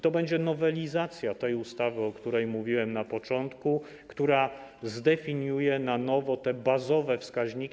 To będzie nowelizacja tej ustawy, o której mówiłem na początku, która zdefiniuje na nowo te bazowe wskaźniki.